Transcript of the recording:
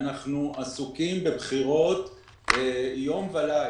אנחנו עסוקים בבחירות יום וליל.